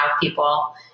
people